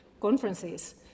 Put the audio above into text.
conferences